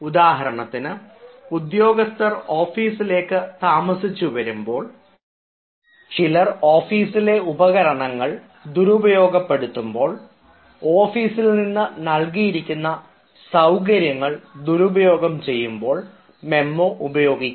ഉദാഹരണത്തിന് ഉദ്യോഗസ്ഥർ ഓഫീസിലേക്ക് താമസിച്ചു വരുമ്പോൾ ചിലർ ഓഫീസിലെ ഉപകരണങ്ങൾ ദുരുപയോഗപ്പെടുത്തുമ്പോൾ ഓഫീസിൽ നിന്ന് നൽകിയിരിക്കുന്ന സൌകര്യങ്ങൾ ദുരുപയോഗം ചെയ്യുമ്പോൾ മെമ്മോ ഉപയോഗിക്കാം